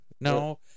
No